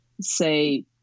say